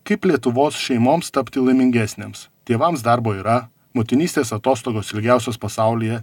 kaip lietuvos šeimoms tapti laimingesnėms tėvams darbo yra motinystės atostogos ilgiausios pasaulyje